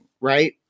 right